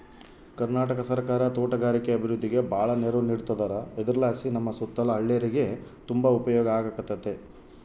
ಕರ್ನಾಟಕ ಸರ್ಕಾರ ತೋಟಗಾರಿಕೆ ಅಭಿವೃದ್ಧಿಗೆ ಬಾಳ ನೆರವು ನೀಡತದಾರ ಇದರಲಾಸಿ ನಮ್ಮ ಸುತ್ತಲ ಹಳ್ಳೇರಿಗೆ ತುಂಬಾ ಉಪಯೋಗ ಆಗಕತ್ತತೆ